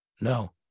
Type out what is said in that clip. No